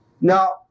Now